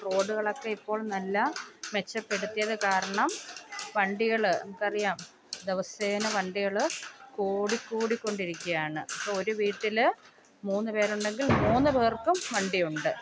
റോഡ്കളൊക്കെ ഇപ്പോൾ നല്ല മെച്ചപ്പെടുത്തിയത് കാരണം വണ്ടികൾ നമുക്ക് അറിയാം ദിവസേന വണ്ടികൾ കൂടി കൂടിക്കൊണ്ടിരിക്കുകയാണ് അപ്പോൾ ഒരു വീട്ടിൽ മൂന്ന് പേരുണ്ടെങ്കില് മൂന്ന് പേര്ക്കും വണ്ടിയുണ്ട്